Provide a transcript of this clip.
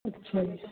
ਅੱਛਾ ਜੀ